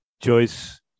Joyce